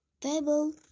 Table